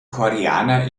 koreaner